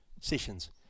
sessions